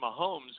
Mahomes